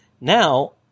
Now